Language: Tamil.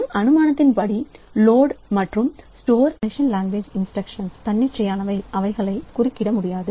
நம் அனுமானத்தின் படி லோட் மற்றும் ஸ்டோர் மெஷின் லாங்குவேஜ் இன்ஸ்டிரக்ஷன்ஸ் தன்னிச்சையானவை அவைகளை குறுக்கிட முடியாது